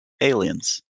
aliens